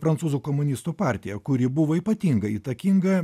prancūzų komunistų partija kuri buvo ypatingai įtakinga